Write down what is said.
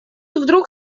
вдруг